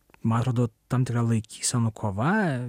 man atrodo tam tikra laikysenų kova